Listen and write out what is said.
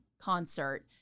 concert